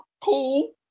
cool